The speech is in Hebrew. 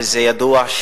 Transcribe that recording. וזה ידוע,